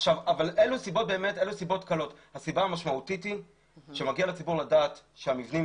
הסיבה המשמעותית היא שמגיע לציבור לדעת שהמבנים